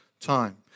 time